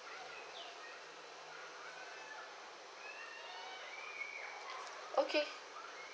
okay